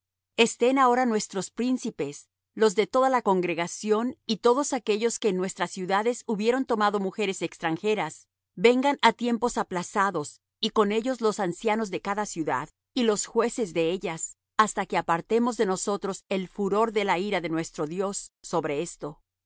estén ahora nuestro príncipes los de toda la congregación y todos aquellos que en nuestras ciudades hubieren tomado mujeres extranjeras vengan á tiempos aplazados y con ellos los ancianos de cada ciudad y los jueces de ellas hasta que apartemos de nosotros el furor de la ira de nuestro dios sobre esto